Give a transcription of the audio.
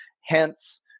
hence